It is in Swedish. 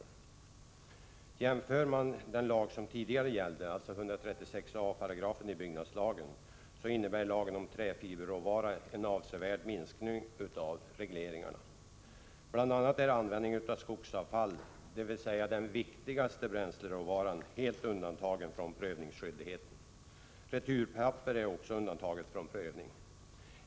Om man jämför med den lag som tidigare gällde, dvs. 136 a § byggnadslagen, innebär lagen om träfiberråvara en avsevärd minskning av regleringarna. Bl. a. är användningen av skogsavfall, dvs. den viktigaste bränsleråvaran, helt undantagen från prövningsskyldigheten. Returpapper är också undantaget från prövning.